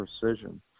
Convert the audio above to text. precision